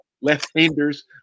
left-handers